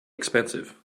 expensive